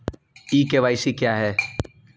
ई KYC क्या है?